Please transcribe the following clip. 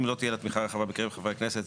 אם לא תהיה לה תמיכה רחבה בקרב חברי הכנסת,